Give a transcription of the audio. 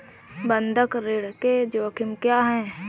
बंधक ऋण के जोखिम क्या हैं?